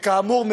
וכאמור,